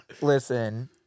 listen